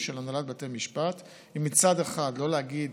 של הנהלת בתי המשפט היא מצד אחד לא להגיד